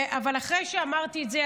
אחרי שאמרתי את זה,